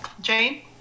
Jane